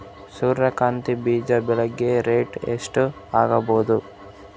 ಸೂರ್ಯ ಕಾಂತಿ ಬೀಜ ಬೆಳಿಗೆ ರೇಟ್ ಎಷ್ಟ ಆಗಬಹುದು?